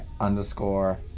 underscore